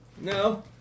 no